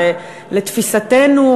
ולתפיסתנו,